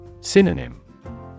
Synonym